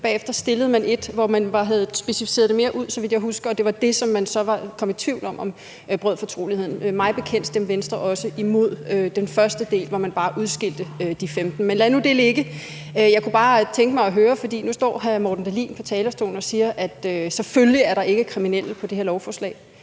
bagefter stillede man et, hvor man havde specificeret det mere ud, så vidt jeg husker, og det var det, man så kom i tvivl om om brød fortroligheden. Mig bekendt stemte Venstre også imod den første del, hvor man bare udskilte de 15. Men lad nu det ligge. Nu står hr. Morten Dahlin på talerstolen og siger, at selvfølgelig er der ikke kriminelle på det her lovforslag,